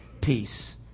peace